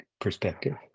perspective